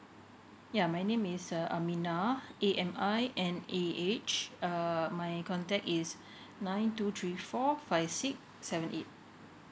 ya my name is uh aminah A M I N A H err my contact is nine two three four five six seven eight